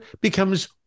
becomes